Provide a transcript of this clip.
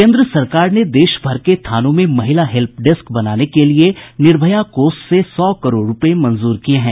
केन्द्र सरकार ने देश भर के थानों में महिला हेल्प डेस्क बनाने के लिए निर्भया कोष से सौ करोड़ रुपये मंजूर किये हैं